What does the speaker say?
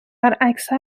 اکثر